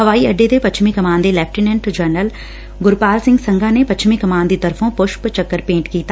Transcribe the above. ਹਵਾਈ ਅੱਡੇ ਤੇ ਪੱਛਮੀ ਕਮਾਨ ਦੇ ਲੈਫਟੀਨੈਂਟ ਜਨਰਲ ਗੁਰਪਾਲ ਸਿੰਘ ਸੰਘਾ ਨੇ ਪੱਛਮੀ ਕਮਾਨ ਦੀ ਤਰਫੋ ਪੁਸ਼ਪ ਚੱਕਰ ਭੇਟ ਕੀਤਾ